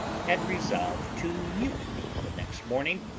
had resolved to mutiny the next morning,